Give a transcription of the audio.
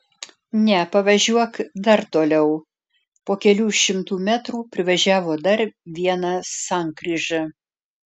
ne pavažiuok dar toliau po kelių šimtų metrų privažiavo dar vieną sankryžą